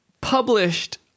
Published